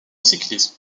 cyclisme